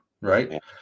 Right